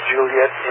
Juliet